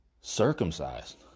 circumcised